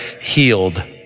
healed